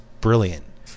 brilliant